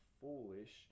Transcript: foolish